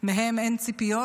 מהם אין ציפיות,